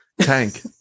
tank